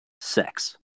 sex